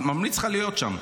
ממליץ לך להיות שם.